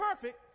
perfect